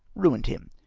ruined him,